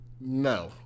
No